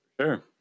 Sure